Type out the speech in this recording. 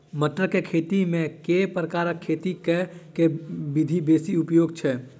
मटर केँ खेती मे केँ प्रकार केँ खेती करऽ केँ विधि बेसी उपयोगी छै?